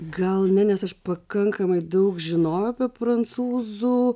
gal ir ne nes aš pakankamai daug žinojau apie prancūzų